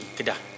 Kedah